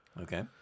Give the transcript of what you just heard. Okay